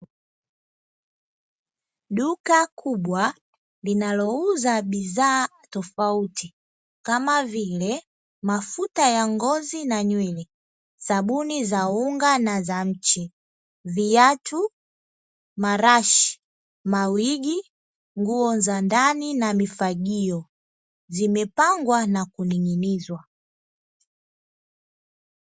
Duka kubwa linalouza bidhaa tofauti kama vile mafuta ya ngozi na nywele, sabuni za unga na za mche, viatu, marashi, mawigi, nguo za ndani na mifagio. Zimepangwa na kuning'inizwa.